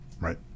right